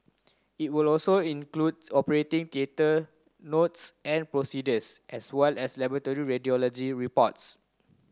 it will also include operating notes and procedures as well as laboratory and radiology reports